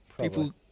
People